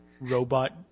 robot